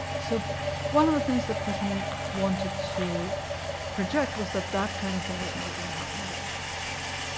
so one of the things that putin wanted to project was that that kind of thing was never going to happen again.